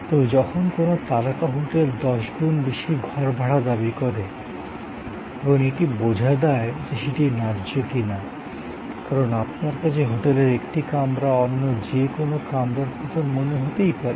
তবে যখন কোনও তারকা হোটেল দশগুণ বেশি ঘর ভাড়া দাবি করে তখন এটি বোঝা দায় যে সেটি ন্যায্য কি না কারণ আপনার কাছে হোটেলের একটি কামরা অন্য যে কোনো কামরার মতন মনে হতেই পারে